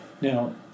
Now